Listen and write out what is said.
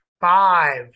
five